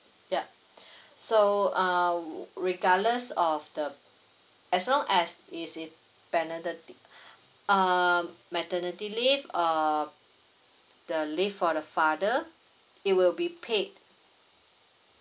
yup so uh regardless of the as long as is in um maternity leave uh the leave for the father it will be paid